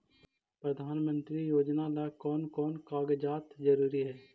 प्रधानमंत्री योजना ला कोन कोन कागजात जरूरी है?